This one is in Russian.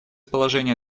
положения